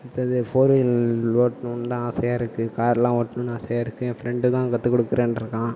மற்றது four wheeler ஓட்டணும்னு தான் ஆசையா இருக்குது காருலாம் ஓட்டணும்னு ஆசையாக இருக்குது என் ஃப்ரெண்டு தான் கற்றுக் கொடுக்குறேன்ருக்கான்